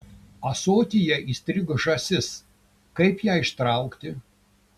ąsotyje įstrigo žąsis kaip ją ištraukti